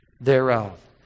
thereof